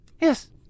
Yes